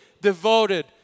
devoted